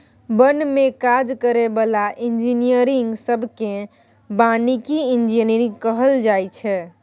बन में काज करै बला इंजीनियरिंग सब केँ बानिकी इंजीनियर कहल जाइ छै